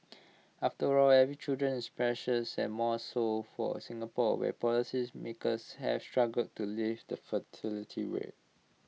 after all every children is precious and more so for Singapore where policymakers have struggled to lift the fertility rate